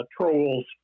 trolls